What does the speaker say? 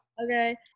okay –